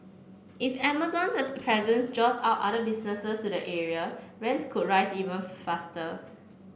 if Amazon's presence draws other businesses to the area rents could rise even faster